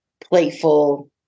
playful